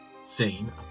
seen